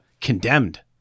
Condemned